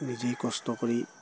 নিজেই কষ্ট কৰি